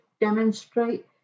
demonstrate